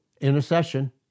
intercession